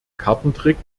kartentrick